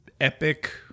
epic